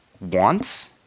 wants